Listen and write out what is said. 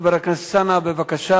חבר הכנסת טלב אלסאנע, בבקשה.